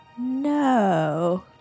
No